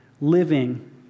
Living